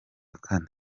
kane